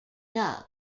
doug